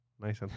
Nice